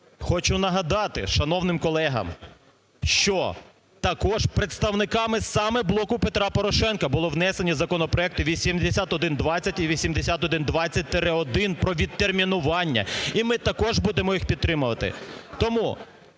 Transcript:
хочу нагадати шановним колегам, що також представниками саме "Блоку Петра Порошенка" були внесені законопроекти 8120 і 8120-1 про відтермінування, і ми також будемо їх підтримувати.